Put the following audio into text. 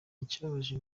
ikibabaje